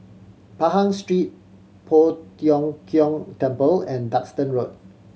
Pahang Street Poh Tiong Kiong Temple and Duxton Road